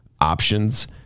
Options